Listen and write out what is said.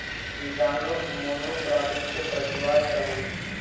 किसानोक मोनोक्रॉपिंग से बचवार चाही